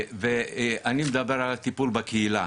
אני מדבר על הטיפול בקהילה,